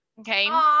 Okay